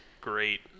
great